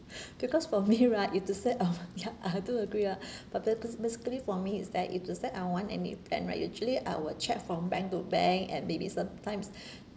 because for me right is to set a ya I do agree ah but ba~ ba~ basically for me is that if to said I want and it and I actually I will check from bank to bank at maybe certain times